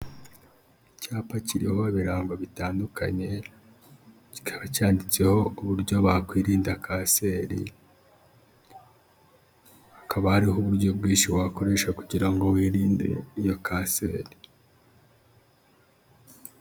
Icyapa kiriho ibirango bitandukanye, kikaba cyanditseho uburyo bakwirinda kanseri, hakaba hariho uburyo bwinshi wakoresha kugira ngo wirinde iyo kanseri.